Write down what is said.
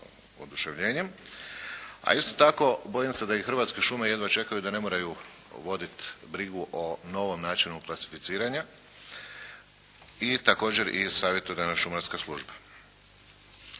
oduševljenjem, a isto tako bojim se da i Hrvatske šume jedva čekaju da ne moraju voditi brigu o novom načinu klasificiranja i također i savjetodavna šumarska služba.